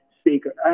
speaker